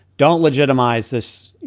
don't legitimize this, you